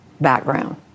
background